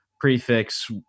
prefix